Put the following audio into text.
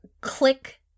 click